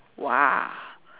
!wah!